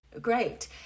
Great